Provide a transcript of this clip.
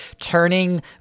turning